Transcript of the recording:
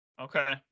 Okay